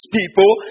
people